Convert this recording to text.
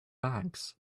bags